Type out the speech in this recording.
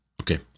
Okay